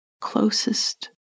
closest